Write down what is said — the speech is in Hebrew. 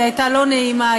היא הייתה לא נעימה.